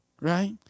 right